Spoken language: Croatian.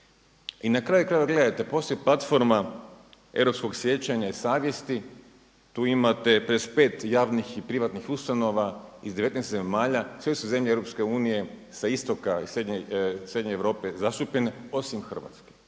I na kraju krajeva gledajte, postoji platforma europskoj sjećanja i savjesti, tu imate 55 javnih i privatnih ustanova iz 19 zemalja, sve su zemlje Europske unije sa istoka i srednje Europe zastupljene osim Hrvatske.